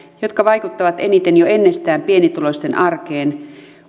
jotka vaikuttavat eniten jo ennestään pienituloisten arkeen